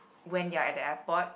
when you are at the airport